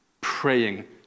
praying